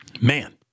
man